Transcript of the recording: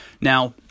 Now